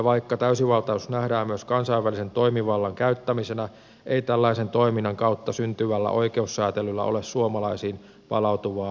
vaikka täysivaltaisuus nähdään myös kansainvälisen toimivallan käyttämisenä ei tällaisen toiminnan kautta syntyvällä oikeussäätelyllä ole suomalaisiin palautuvaa hyväksymistä